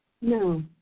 No